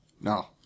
No